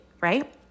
right